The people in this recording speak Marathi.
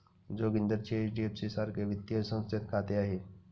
जोगिंदरचे एच.डी.एफ.सी सारख्या वित्तीय संस्थेत खाते आहे